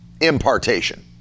impartation